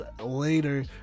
later